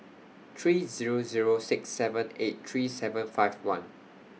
three Zero Zero six seven eight three seven five one